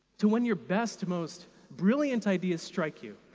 to when your best, most brilliant ideas strike you,